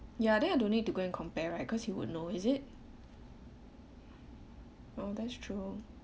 ya then I don't need to go and compare right cause he would know is it oh that's true